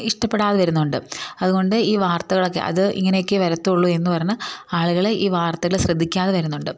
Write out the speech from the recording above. ഇഷ്ടപ്പെടാതെ വരുന്നുണ്ട് അതുകൊണ്ട് ഈ വാർത്തകളൊക്കെ അത് ഇങ്ങനെയൊക്കെ വരത്തുള്ളു എന്ന് പറഞ്ഞു ആളുകളെ ഈ വാർത്തകൾ ശ്രദ്ധിക്കാതെ വരുന്നുണ്ട്